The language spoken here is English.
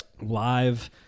Live